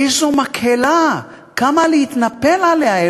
איזו מקהלה קמה להתנפל עליה.